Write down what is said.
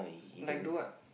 like do what